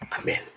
Amen